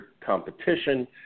competition